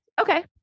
Okay